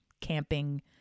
camping